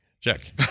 Check